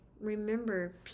remember